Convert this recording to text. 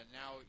now